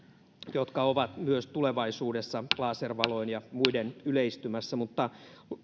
jotka ovat myös tulevaisuudessa laservaloin ja muin keinoin yleistymässä